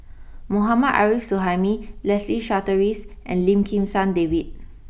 Mohammad Arif Suhaimi Leslie Charteris and Lim Kim San David